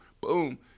boom